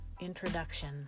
Introduction